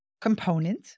component